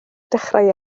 dechrau